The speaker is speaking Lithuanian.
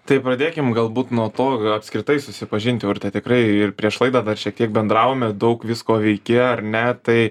tai pradėkim galbūt nuo to apskritai susipažinti urte tikrai ir prieš laidą dar šiek tiek bendravome daug visko veiki ar ne tai